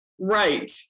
right